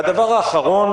והדבר האחרון,